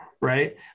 right